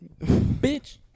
Bitch